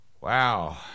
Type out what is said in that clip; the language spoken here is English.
Wow